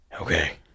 Okay